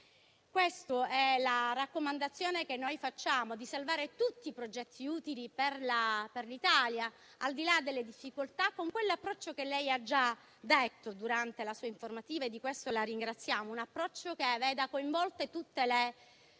Questa è la raccomandazione che facciamo: salvare tutti i progetti utili per l'Italia, al di là delle difficoltà, con quell'approccio che lei ha già espresso durante la sua informativa, e di cui la ringraziamo. Si tratta di un approccio che vede coinvolte tutte le forze politiche